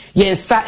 ...yes